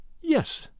Yes